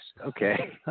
Okay